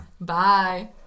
Bye